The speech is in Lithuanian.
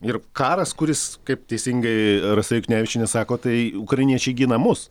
ir karas kuris kaip teisingai rasa juknevičienė sako tai ukrainiečiai gina mus